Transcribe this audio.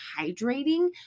hydrating